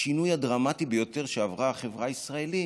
השינוי הדרמטי ביותר שעברה החברה הישראלית